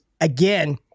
Again